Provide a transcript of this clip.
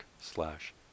slash